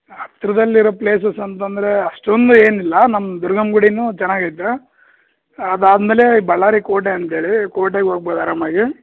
ಹತ್ತಿರದಲ್ಲಿರೋ ಪ್ಲೇಸಸ್ ಅಂತಂದರೆ ಅಷ್ಟೊಂದು ಏನಿಲ್ಲ ನಮ್ಮ ದುರ್ಗಮ್ಮ ಗುಡಿಯೂ ಚೆನ್ನಾಗಿ ಐತೆ ಅದಾದ ಮೇಲೆ ಬಳ್ಳಾರಿ ಕೋಟೆ ಅಂತೇಳಿ ಕೋಟೆಗೆ ಹೋಗ್ಬೋದ್ ಆರಾಮಾಗಿ